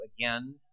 Again